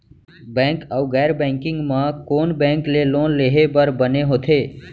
Bank अऊ गैर banking म कोन बैंक ले लोन लेहे बर बने होथे?